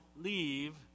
leave